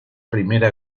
primera